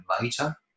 later